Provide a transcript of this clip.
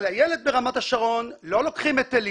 על הילד ברמת השרון לא לוקחים היטלים.